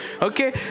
Okay